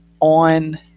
on